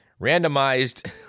randomized